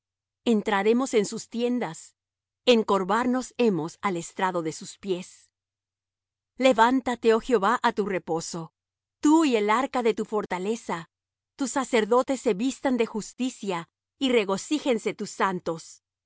entraremos en sus tiendas encorvarnos hemos al estrado de sus pies levántate oh jehová á tu reposo tú y el arca de tu fortaleza tus sacerdotes se vistan de justicia y regocíjense tus santos por